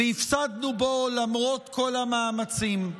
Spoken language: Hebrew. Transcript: והפסדנו בו למרות כל המאמצים.